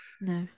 No